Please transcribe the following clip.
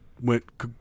went